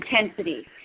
intensity